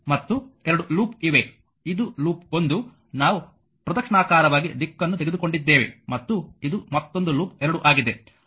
ಮತ್ತು 2 ಲೂಪ್ ಇವೆ ಇದು ಲೂಪ್ 1 ನಾವು ಪ್ರದಕ್ಷಿಣಾಕಾರವಾಗಿ ದಿಕ್ಕನ್ನು ತೆಗೆದುಕೊಂಡಿದ್ದೇವೆ ಮತ್ತು ಇದು ಮತ್ತೊಂದು ಲೂಪ್ 2 ಆಗಿದೆ